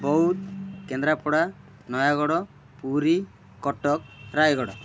Boudh Kendrapara Nayagarh Puri Cuttack Rayagada